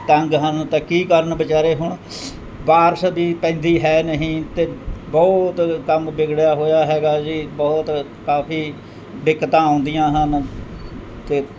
ਤੰਗ ਹਨ ਤਾਂ ਕੀ ਕਰਨ ਬੇਚਾਰੇ ਹੁਣ ਬਾਰਿਸ਼ ਵੀ ਪੈਂਦੀ ਹੈ ਨਹੀਂ ਅਤੇ ਬਹੁਤ ਕੰਮ ਵਿਗੜਿਆ ਹੋਇਆ ਹੈਗਾ ਜੀ ਬਹੁਤ ਕਾਫੀ ਦਿੱਕਤਾਂ ਆਉਂਦੀਆਂ ਹਨ ਅਤੇ